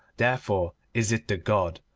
therefore is it the god,